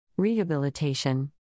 Rehabilitation